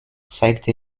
zeigte